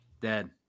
Dead